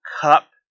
cup